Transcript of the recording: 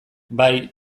bai